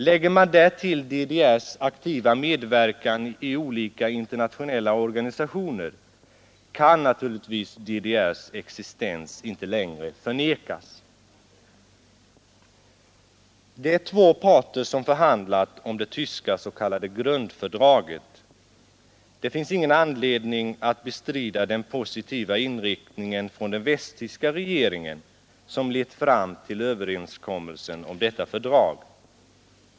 Lägger man därtill DDR:s aktiva medverkan i olika internationella organisationer, kan naturligtvis DDR :s existens inte längre förnekas. Det är två parter som förhandlat om det tyska s.k. grundfördraget. Det finns ingen anledning att bestrida den positiva inriktningen från den västtyska regeringen som lett fram till överenskommelsen om detta fördrag.